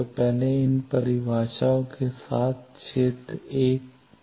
तो पहले इन परिभाषाओं के साथ क्षेत्र 1 पता करें